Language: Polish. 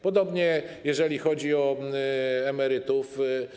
Podobnie jeżeli chodzi o emerytów.